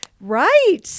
right